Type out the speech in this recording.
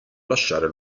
lasciare